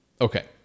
Okay